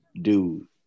dude